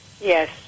Yes